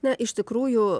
na iš tikrųjų